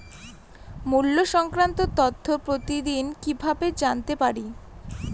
মুল্য সংক্রান্ত তথ্য প্রতিদিন কিভাবে জানতে পারি?